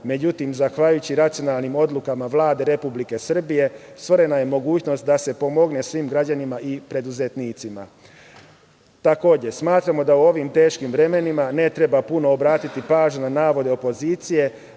Međutim, zahvaljujući racionalnim odlukama Vlade Republike Srbije, stvorena je mogućnost da se pomogne svim građanima i preduzetnicima. Smatramo da u ovim teškim vremenima ne treba puno obratiti pažnju na navode opozicije